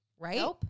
Right